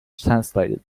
translated